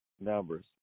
numbers